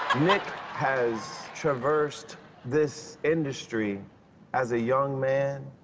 nick has traversed this industry as a young man,